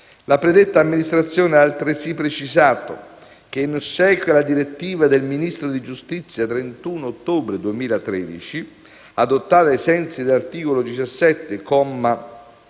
La predetta Amministrazione ha altresì precisato che, in ossequio alla direttiva del Ministro della giustizia 31 ottobre 2013, adottata ai sensi dell'articolo 17,